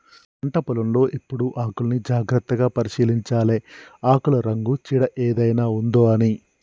పంట పొలం లో ఎప్పుడు ఆకుల్ని జాగ్రత్తగా పరిశీలించాలె ఆకుల రంగు చీడ ఏదైనా ఉందొ అని